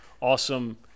awesome